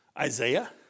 Isaiah